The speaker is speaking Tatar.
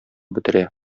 бетерә